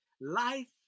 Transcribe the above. life